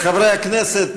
חברי הכנסת,